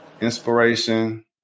inspiration